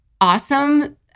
awesome